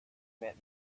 met